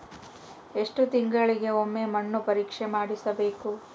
ಎಷ್ಟು ತಿಂಗಳಿಗೆ ಒಮ್ಮೆ ಮಣ್ಣು ಪರೇಕ್ಷೆ ಮಾಡಿಸಬೇಕು?